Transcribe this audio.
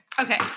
Okay